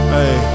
Hey